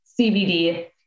CBD